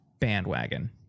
bandwagon